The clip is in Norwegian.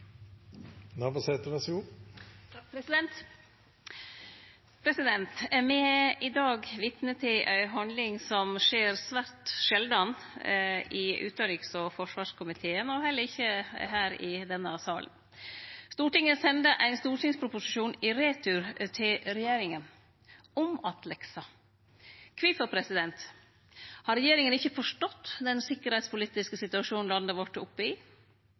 Me er i dag vitne til ei handling som skjer svært sjeldan i Utanriks- og forsvarskomiteen og i denne salen. Stortinget sender ein stortingsproposisjon i retur til regjeringa – om-att-lekse. Kvifor? Har regjeringa ikkje forstått den sikkerheitspolitiske situasjonen landet vårt er oppe i?